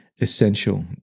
essential